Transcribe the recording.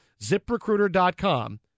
ZipRecruiter.com